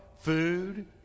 Food